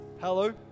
Hello